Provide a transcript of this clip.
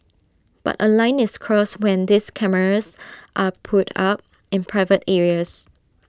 but A line is crossed when these cameras are put up in private areas